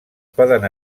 poden